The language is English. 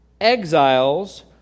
exiles